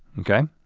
okay.